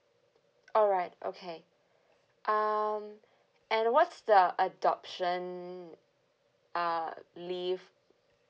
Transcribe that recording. alright okay um and what's the adoption uh leave